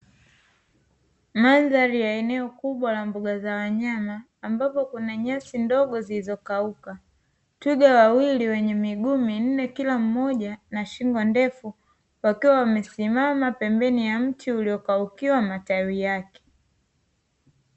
Mandhari ya eneo kubwa la mbuga za wanyama, ambapo kuna nyasi ndogo zilizokauka twiga wawili wenye miguu minne kila mmoja na shingo ndefu, wakiwa wamesimama pembeni ya mti uliokaukiwa matawi yake.